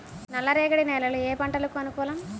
నల్లరేగడి నేలలు ఏ పంటలకు అనుకూలం?